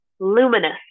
luminous